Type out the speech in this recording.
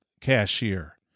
cashier